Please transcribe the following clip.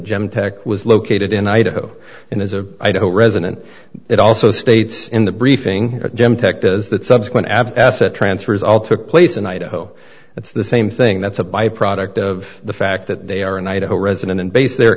genentech was located in idaho and as a i don't resident it also states in the briefing jim tech does that subsequent asset transfers all took place in idaho that's the same thing that's a byproduct of the fact that they are in idaho resident and base there